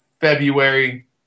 February